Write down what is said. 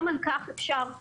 גם על-כך אפשר להעיר,